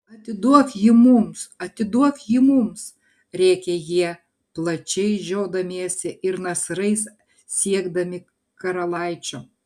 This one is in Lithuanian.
atiduok jį mums atiduok jį mums rėkė jie plačiai žiodamiesi ir nasrais siekdami karalaičio